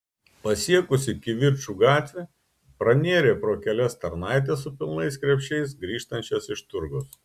pasiekusi kivirčų gatvę pranėrė pro kelias tarnaites su pilnais krepšiais grįžtančias iš turgaus